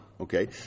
Okay